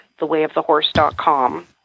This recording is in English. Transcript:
thewayofthehorse.com